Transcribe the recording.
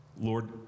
Lord